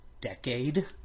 decade